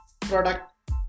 product